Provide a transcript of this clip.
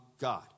God